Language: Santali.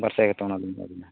ᱵᱟᱨ ᱥᱟᱭ ᱠᱟᱛᱮᱫ ᱚᱱᱟ ᱫᱚᱧ ᱮᱢᱟ ᱵᱮᱱᱟ